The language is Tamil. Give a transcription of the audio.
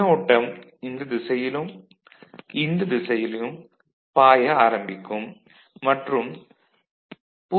மின்னோட்டம் இந்த திசையிலும் இந்த திசையிலும் பாய ஆரம்பிக்கும் மற்றும் 0